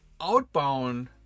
outbound